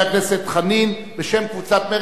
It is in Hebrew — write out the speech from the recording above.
הכנסת חנין בשם חברי הכנסת ניצן הורוביץ,